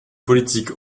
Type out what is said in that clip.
politique